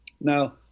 now